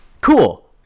Cool